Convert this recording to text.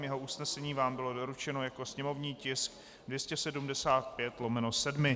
Jeho usnesení vám bylo doručeno jako sněmovní tisk 275/7.